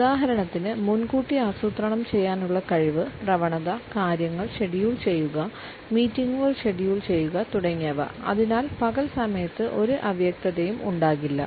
ഉദാഹരണത്തിന് മുൻകൂട്ടി ആസൂത്രണം ചെയ്യാനുള്ള കഴിവ് പ്രവണത കാര്യങ്ങൾ ഷെഡ്യൂൾ ചെയ്യുക മീറ്റിംഗുകൾ ഷെഡ്യൂൾ ചെയ്യുക തുടങ്ങിയവ അതിനാൽ പകൽ സമയത്ത് ഒരു അവ്യക്തതയും ഉണ്ടാകില്ല